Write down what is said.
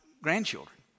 grandchildren